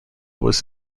was